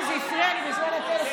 כי הפריע לי הטלפון.